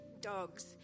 dogs